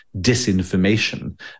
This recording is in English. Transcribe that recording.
disinformation